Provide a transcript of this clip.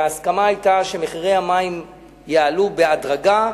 וההסכמה היתה שמחירי המים יעלו בהדרגה,